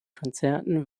konzerten